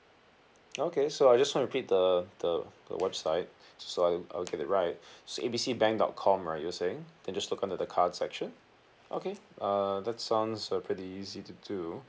okay so I just want repeat the the the website so uh I'll get it right so A B C bank dot com right you were saying then just look under the cards section okay err that sounds uh pretty easy to do